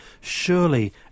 Surely